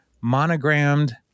monogrammed